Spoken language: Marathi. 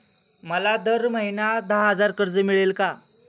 मला दर महिना दहा हजार कर्ज मिळेल का?